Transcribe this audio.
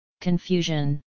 Confusion